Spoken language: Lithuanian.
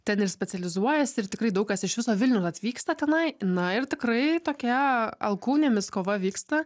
ten ir specializuojasi ir tikrai daug kas iš viso vilniun atvyksta tenai na ir tikrai tokia alkūnėmis kova vyksta